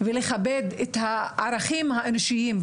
לכבד את הערכים האנושיים,